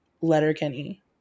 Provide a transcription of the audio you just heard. Letterkenny